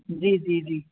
जी जी जी